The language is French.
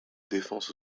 défense